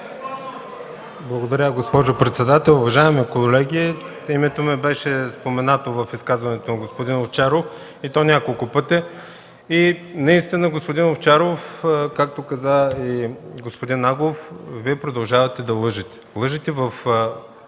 Благодаря, госпожо председател. Уважаеми колеги, името ми беше споменато в изказването на господин Овчаров, и то няколко пъти. Наистина, господин Овчаров, както каза и господин Агов, Вие продължавате да лъжете. Лъжете в